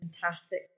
fantastic